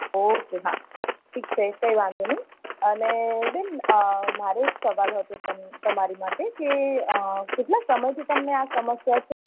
okay હા ઠીક છે કાંઈ વાંધો નહીં અને બેન મારે એક સવાલ હતો તમ તમારી માટે કે કેટલાં સમયથી તમને આ સમસ્યા છે